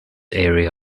area